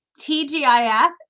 TGIF